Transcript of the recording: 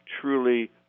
truly